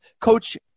Coach